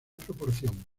proporción